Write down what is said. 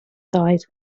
thighs